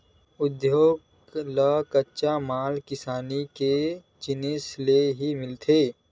उद्योग ल कच्चा माल किसानी के जिनिस ले ही मिलथे